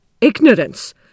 ignorance